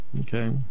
Okay